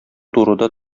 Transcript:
турыда